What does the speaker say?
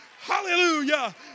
Hallelujah